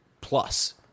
plus